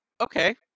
Okay